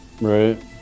Right